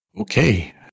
Okay